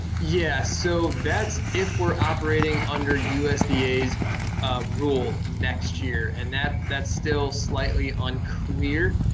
yeah, so that's if we're operating under usda's rule next year and that's that's still slightly unclear.